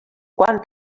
quan